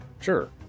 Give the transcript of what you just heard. sure